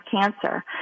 cancer